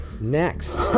next